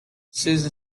susan